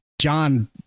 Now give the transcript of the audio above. john